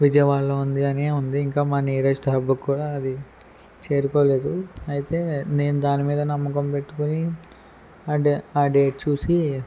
విజయవాడలో ఉంది అని ఉంది ఇంకా మా నియరెస్ట్ హబ్కి కూడా అది చేరుకోలేదు అయితే నేను దాని మీద నమ్మకం పెట్టుకుని అంటే ఆ డే ఆ డేట్ చూసి